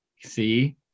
See